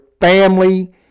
family